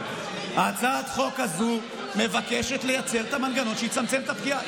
הצעת החוק הזו מבקשת לייצר את המנגנון שיצמצם את הפגיעה.